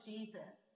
Jesus